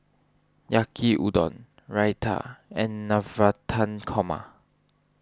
Yaki Udon Raita and Navratan Korma